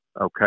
Okay